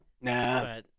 Nah